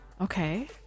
Okay